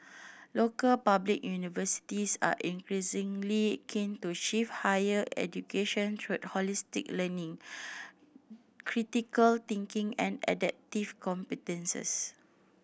local public universities are increasingly keen to shift higher education holistic learning critical thinking and adaptive competences